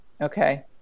Okay